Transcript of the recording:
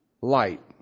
light